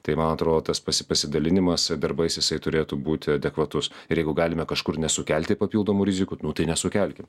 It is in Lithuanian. tai man atrodo tas pasi pasidalinimas darbais jisai turėtų būti adekvatus ir jeigu galime kažkur nesukelti papildomų rizikų nu tai nesukelkim